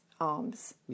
arms